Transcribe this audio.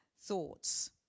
thoughts